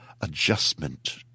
adjustment